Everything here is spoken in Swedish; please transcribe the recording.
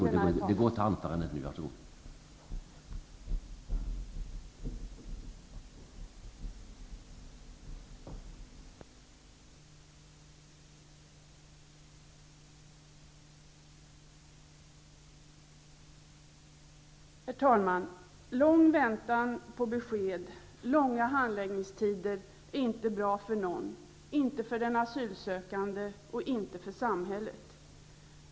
Lång väntan på besked och långa handläggningstider är inte bra för någon, inte för den asylsökande och inte för samhället.